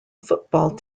football